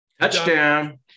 Touchdown